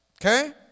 Okay